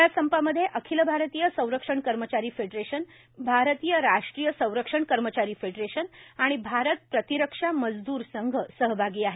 या संपामध्ये अखिल भारतीय संरक्षण कर्मचारी फेडरेशन भारतीय राष्ट्रीय संरक्षण कर्मचारी फेडरेशन आणि भारत प्रतिरक्षा मजद्रर संघ सहभागी आहेत